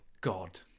God